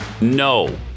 No